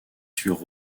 sur